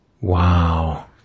Wow